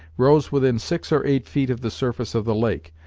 rose within six or eight feet of the surface of the lake,